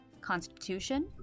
Constitution